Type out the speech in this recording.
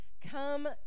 Come